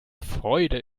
freude